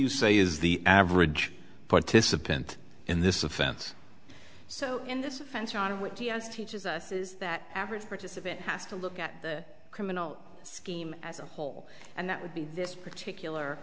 you say is the average participant in this offense so in this offense on which he has teaches us is that average participant has to look at the criminal scheme as a whole and that would be this particular